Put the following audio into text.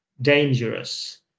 dangerous